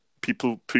people